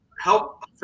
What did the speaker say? help